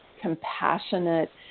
compassionate